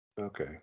Okay